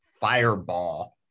fireball